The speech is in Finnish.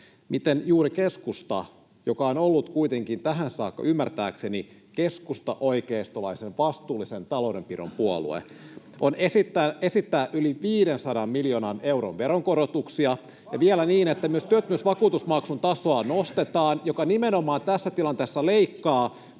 miten juuri keskusta, joka on ollut kuitenkin tähän saakka ymmärtääkseni keskusta-oikeistolaisen, vastuullisen taloudenpidon puolue, esittää yli 500 miljoonan euron veronkorotuksia [Antti Kurvisen vastauspuheenvuoropyyntö] ja vielä niin, että myös nostetaan työttömyysvakuutusmaksun tasoa, mikä nimenomaan tässä tilanteessa leikkaa